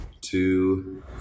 two